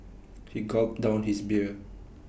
he gulped down his beer